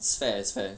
it's fair it's fair